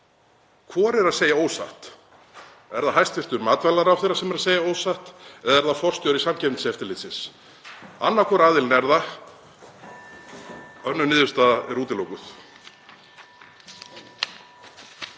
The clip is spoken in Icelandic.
hvor er að segja ósatt. Er það hæstv. matvælaráðherra sem er að segja ósatt eða er það forstjóri Samkeppniseftirlitsins? Annar hvor aðilinn er það. Önnur niðurstaða er útilokuð.